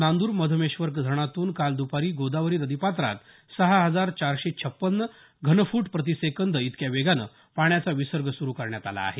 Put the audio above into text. नांद्र मधमेश्वर धरणातून काल द्पारी गोदावरी नदीपात्रात सहा हजार चारशे छप्पन्न घनफूट प्रतिसेकंद इतक्या वेगानं पाण्याचा विसर्ग सुरू करण्यात आला आहे